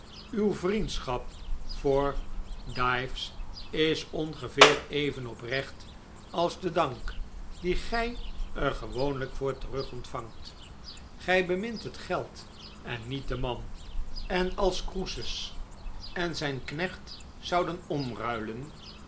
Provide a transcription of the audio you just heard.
uw vriendschap voor dives is ongeveer even oprecht als de dank dien gij er gewoonlijk voor terugontvangt gij bemint het geld en niet den man en als croesus en zijn knecht zouden